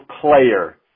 player